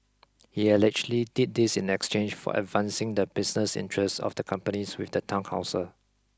he allegedly did this in exchange for advancing the business interests of the companies with the town council